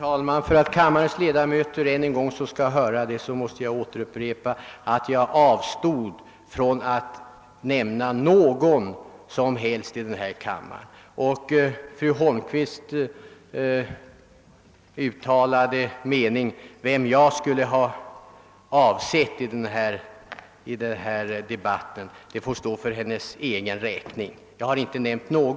Herr talman! Jag vill upprepa att jag avstod från att nämna någon ledamot i denna kammare. Fru Holmqvists uttalade mening om vem jag skulle ha utpekat i denna debatt får stå för hennes egen räkning.